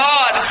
God